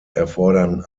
erfordern